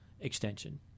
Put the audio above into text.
extension